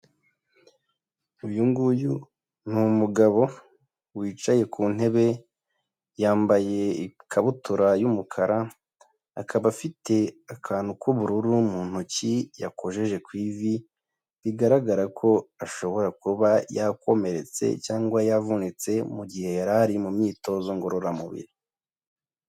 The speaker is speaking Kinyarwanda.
Uyu nguyu ni umugabo wicaye ku ntebe yambaye ikabutura y'umukara, akaba afite akantu k'ubururu mu ntoki yakojeje ku ivi bigaragara ko ashobora kuba yakomeretse cyangwa yavunitse mu gihe yari ari mu myitozo ngororamubiri.